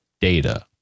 data